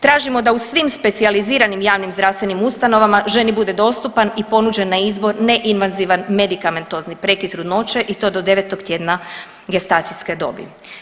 Tražimo da u svim specijaliziranim javnim zdravstvenim ustanovama ženi bude dostupan i ponuđen na izbor neinvazivan medikamentozni prekid trudnoće i to do 9 tjedna gestacijske dobi.